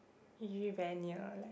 is usually very near like